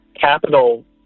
capital